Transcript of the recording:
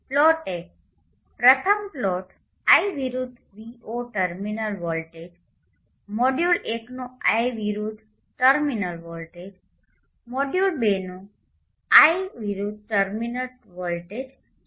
plot એક પ્રથમ plot I વિરુદ્ધ V0 ટર્મિનલ વોલ્ટેજ મોડ્યુલ ૧ નો I વિરુદ્ધ ટર્મિનલ વોલ્ટેજ મોડ્યુલ ૨ નો I વિરુદ્ધ ટર્મિનલ વોલ્ટેજ છે